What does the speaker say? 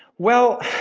well,